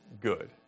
good